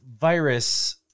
virus